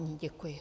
Děkuji.